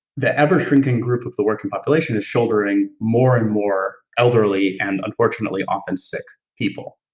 the ever-shrinking group of the working population is shouldering more and more elderly, and unfortunately, often sick, people,